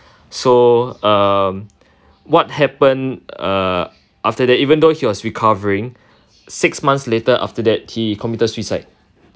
so err what happened uh after that even though he was recovering six months later after that he committed suicide